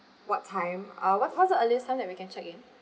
what time uh what what's the earliest time that we can check in